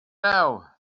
now